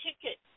ticket